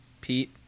Pete